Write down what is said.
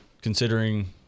Considering